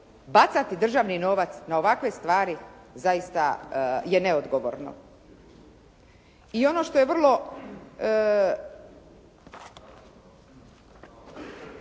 bacati državni novac na ovakve stvari, zaista je neodgovorno. I ono što otvara